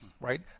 Right